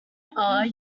are